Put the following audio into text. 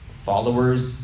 Followers